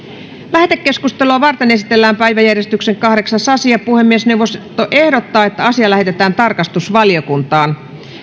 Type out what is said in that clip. lähetekeskustelua varten esitellään päiväjärjestyksen kahdeksas asia puhemiesneuvosto ehdottaa että asia lähetetään tarkastusvaliokuntaan